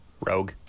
Rogue